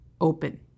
open